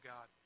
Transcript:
God